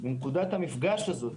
מנקודת המפגש הזאת,